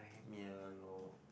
ya lor